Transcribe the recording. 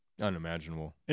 unimaginable